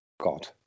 God